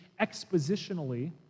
expositionally